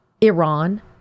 Iran